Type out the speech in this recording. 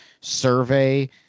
survey